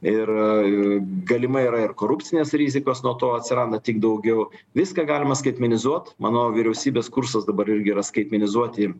ir galimai yra ir korupcinės rizikos nuo to atsiranda tik daugiau viską galima skaitmenizuot manau vyriausybės kursas dabar irgi yra skaitmenizuoti